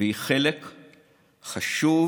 וחלק חשוב